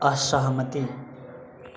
असहमति